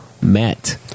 met